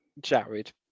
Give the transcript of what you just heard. Jared